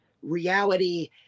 reality